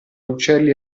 uccelli